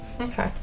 okay